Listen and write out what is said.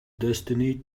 destiny